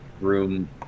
room